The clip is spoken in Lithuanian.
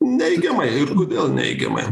neigiamai ir kodėl neigiamai